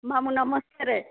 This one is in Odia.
ମାମୁଁ ନମସ୍କାର